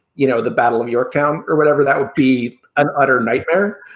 you know, the battle of yorktown or whatever, that would be an utter nightmare.